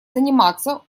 заниматься